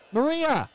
Maria